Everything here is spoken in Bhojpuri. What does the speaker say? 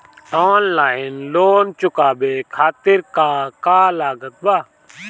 ऑनलाइन लोन चुकावे खातिर का का लागत बा?